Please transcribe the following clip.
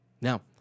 Now